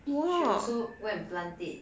she also go and plant it